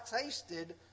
tasted